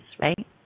right